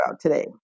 today